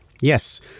Yes